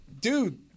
dude